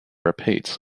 repeats